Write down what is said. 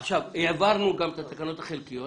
העברנו גם את התקנות החלקיות.